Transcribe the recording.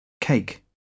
cake